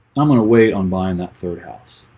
i'm gonna wait on buying that third house,